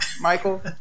Michael